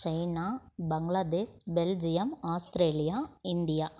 China Bangladesh Belgium Australia India